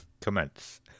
Commence